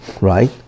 right